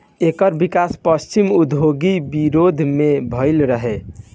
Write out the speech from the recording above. एकर विकास पश्चिमी औद्योगिक विरोध में भईल रहे